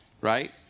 Right